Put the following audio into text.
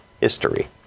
history